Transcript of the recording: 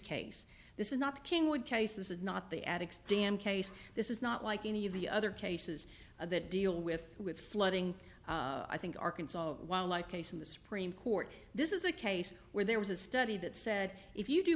case this is not the king would case this is not the addicks dam case this is not like any of the other cases of that deal with with flooding i think arkansas wildlife case in the supreme court this is a case where there was a study that said if you do